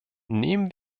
nehmen